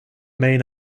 main